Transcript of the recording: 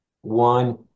one